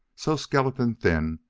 so skeleton-thin,